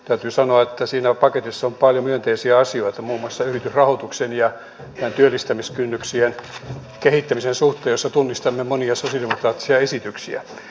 täytyy sanoa että siinä paketissa on paljon myönteisiä asioita muun muassa yritysrahoituksen ja työllistämiskynnyksien kehittämisen suhteen ja tunnistamme tässä monia sosialidemokraattisia esityksiä